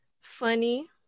Funny